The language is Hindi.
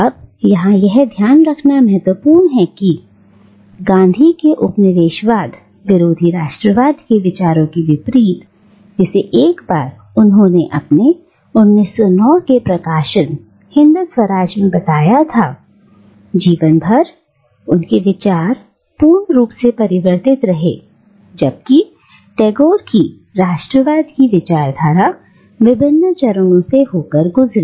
अब यहां यह है याद रखना महत्वपूर्ण है कि गांधी के उपनिवेशवाद विरोधी राष्ट्रवाद के विचारों के विपरीत जिसे एक बार उन्होंने अपने 1909 के प्रकाशन हिंद स्वराज में बताया था जीवन भर उनके विचार पूर्ण रूप से परिवर्तित रहे जबकि टैगोर की राष्ट्रवाद की विचारधारा विभिन्न चरणों से होकर गुजरी